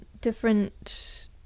different